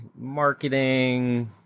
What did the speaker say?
marketing